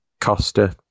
Costa